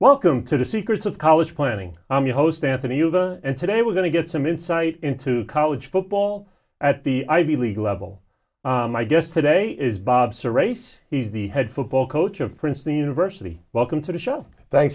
welcome to the secrets of college planning i'm your host anthony uva and today we're going to get some insight into college football at the ivy league level my guest today is bob cerate he's the head football coach of princeton university welcome to the show